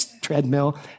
treadmill